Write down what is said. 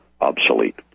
obsolete